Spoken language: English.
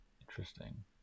Interesting